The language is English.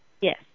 Yes